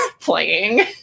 playing